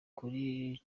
kuri